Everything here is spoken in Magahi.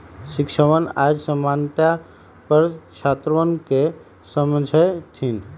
शिक्षकवन आज साम्यता पर छात्रवन के समझय थिन